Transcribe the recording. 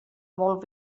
molt